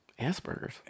Aspergers